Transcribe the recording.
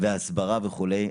והסברה וכולי?